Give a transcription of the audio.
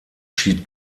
schied